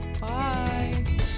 bye